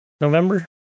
November